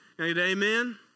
Amen